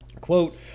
Quote